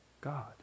God